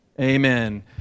Amen